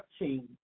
14